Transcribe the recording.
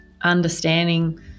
understanding